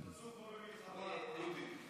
אז תפצו כמו במלחמה, דודי.